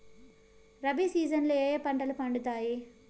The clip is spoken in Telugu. రబి సీజన్ లో ఏ ఏ పంటలు పండుతాయి